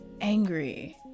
angry